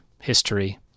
history